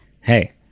Hey